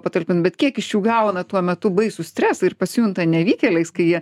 patalpint bet kiek iš jų gauna tuo metu baisų stresą ir pasijunta nevykėliais kai jie